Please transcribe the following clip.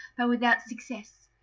but without success.